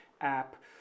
App